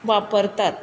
वापरतात